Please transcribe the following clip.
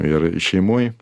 ir šeimoj